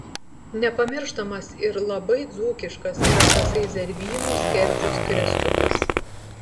nepamirštamas ir labai dzūkiškas yra tasai zervynų skerdžius kristupas